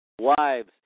Wives